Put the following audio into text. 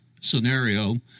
scenario